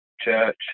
church